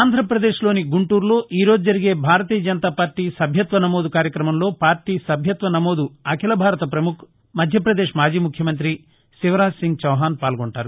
ఆంధ్రప్రదేశ్ లోని గుంటూరులో ఈ రోజు జరిగే భారతీయ జనతాపార్టీ సభ్యత్వ నమోదు కార్యక్రమంలో పార్టీ సభ్యత్వ నమోదు అఖిల భారత ప్రముఖ్ మధ్యపదేశ్ మాజీ ముఖ్యమంతి శివరాజ్ సింగ్ చౌహన్ పాల్గొంటారు